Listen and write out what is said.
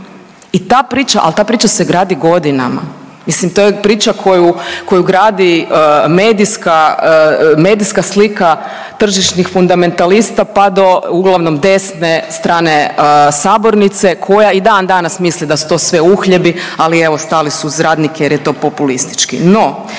i ta priča, al ta priča se gradi godinama, mislim to je priča koju, koju gradi medijska, medijska slika tržišnih fundamentalista, pa do uglavnom desne strane sabornice koja i dan danas misli da su to sve uhljebi, ali evo stali su uz radnike jer je to populistički.